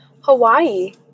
Hawaii